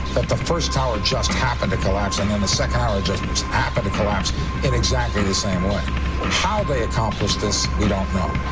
the first tower just happened to collapse and then the second tower just happened to collapse in exactly the same way. how did they accomplish this, we don't know.